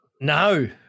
No